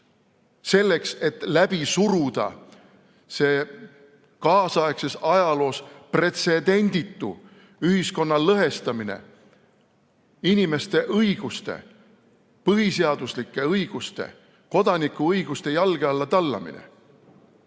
selleks, et läbi suruda see kaasaegses ajaloos pretsedenditu ühiskonna lõhestamine, inimeste õiguste, põhiseaduslike õiguste, kodanikuõiguste jalge alla tallamine.